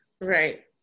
Right